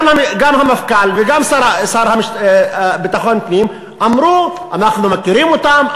גם המפכ"ל וגם השר לביטחון פנים אמרו: אנחנו מכירים אותם,